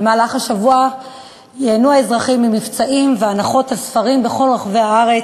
במהלך השבוע ייהנו האזרחים ממבצעים ומהנחות על ספרים בכל רחבי הארץ,